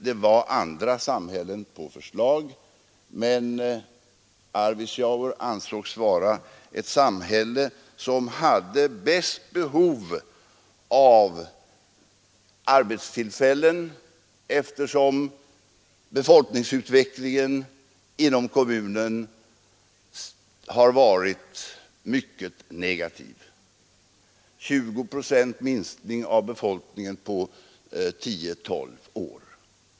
Det fanns andra samhällen på förslag, men Arvidsjaur ansågs vara det samhälle som bäst hade behov av arbetstillfällen, eftersom befolkningsutvecklingen inom kommunen har varit mycket negativ; befolkningen har minskat med 20 procent på tio tolv år.